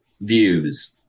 views